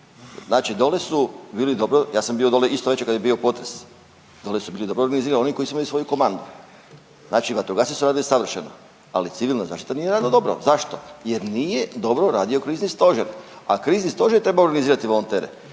Znači dole su bili dobro, ja sam bio dole isto veče kad je bio potres, dole su bili dobro organizirani oni koji su imali svoju komandu. Znači vatrogasci su radili savršeno, ali civilna zaštita nije radila dobro. Zašto? Jer nije dobro radio krizni stožer, a krizni stožer treba organizirati volontere.